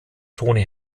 tony